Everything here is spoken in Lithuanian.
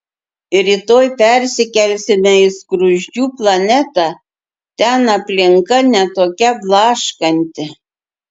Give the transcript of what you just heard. rytoj persikelsime į skruzdžių planetą ten aplinka ne tokia blaškanti